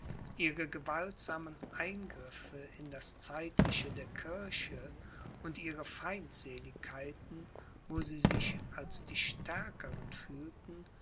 ihre gewaltsamen eingriffe in das zeitliche der kirche und ihre feindseligkeiten wo sie sich als die stärkeren fühlten